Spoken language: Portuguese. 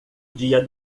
dia